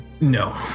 No